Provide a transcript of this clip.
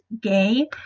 gay